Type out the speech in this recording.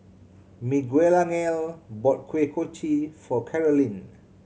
Miguelangel bought Kuih Kochi for Carolynn